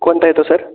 कोणता येतो सर